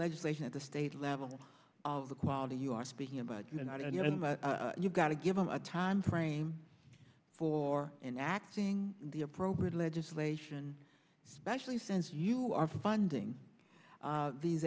legislation at the state level of the quality you are speaking about you've got to give them a timeframe for enacting the appropriate legislation specially since you are funding these